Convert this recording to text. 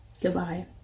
Goodbye